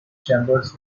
chambers